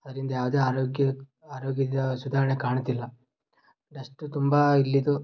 ಅದ್ರಿಂದ ಯಾವುದೇ ಆರೋಗ್ಯ ಆರೋಗ್ಯದ ಸುಧಾರಣೆ ಕಾಣುತ್ತಿಲ್ಲ ಡಸ್ಟು ತುಂಬ ಇಲ್ಲಿಯದು